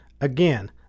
Again